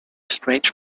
strange